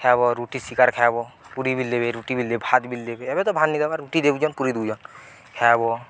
ଖାଇବ ରୁଟି ଶିକାର ଖାଇବ ପୁରୀ ବିଲ୍ ଦେବେ ରୁଟି ବିଲ୍ ଦେବେ ଭାତ ବିଲ୍ ଦେବେ ଏବେ ତ ଭାତ୍ ରୁଟି ଦେଉଛନ୍ ପୁରୀ ଦେଉଛନ୍ ଖାଏବ